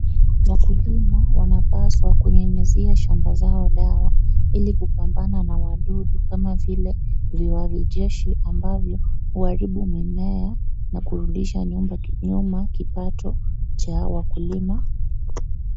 Wakulima wanapaswa kunyunyuzia shamba zao dawa hili kupambana na wadudu kama vile viwavi jeshi ambavyo huharibu mimea na kurudisha nyuma kipato cha wakulima.